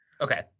Okay